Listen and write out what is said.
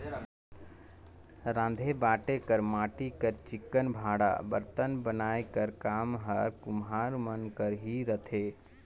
राँधे बांटे कर माटी कर चिक्कन भांड़ा बरतन बनाए कर काम हर कुम्हार मन कर ही रहथे